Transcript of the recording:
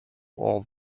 all